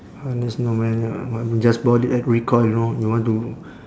uh it's no man uh just bought it at recoil you know you want to